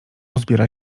uzbiera